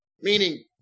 Meaning